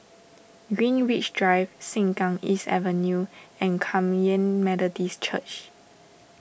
Greenwich Drive Sengkang East Avenue and Kum Yan Methodist Church